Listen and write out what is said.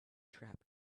trap